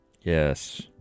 Yes